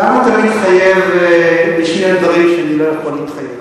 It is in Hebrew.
למה אתה מתחייב בשמי על דברים שאני לא יכול להתחייב?